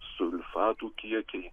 sulfatų kiekiai